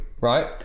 right